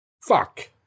fuck